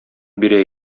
бирә